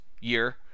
year